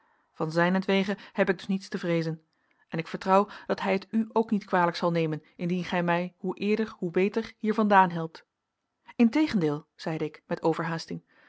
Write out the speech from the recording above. van zijnentwege heb ik dus niets te vreezen en ik vertrouw dat hij het u ook niet kwalijk zal nemen indien gij mij hoe eerder hoe beter hier vandaan helpt integendeel zeide ik met overhaasting